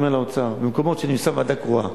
אני אומר לאוצר: במקומות שאני שם ועדה קרואה